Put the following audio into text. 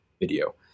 video